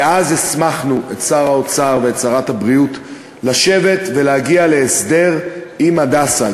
ואז הסמכנו את שר האוצר ואת שרת הבריאות לשבת ולהגיע להסדר עם "הדסה",